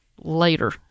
later